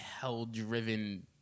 hell-driven